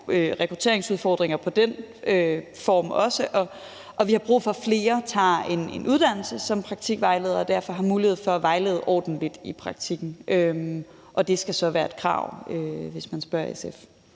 rekrutteringsudfordringer også på den form, og vi har brug for, at flere tager en uddannelse som praktikvejleder og derfor har mulighed for at vejlede ordentligt i praktikken. Det skal så være et krav, hvis man spørger SF.